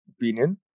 opinion